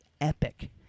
epic